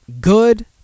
Good